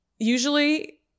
Usually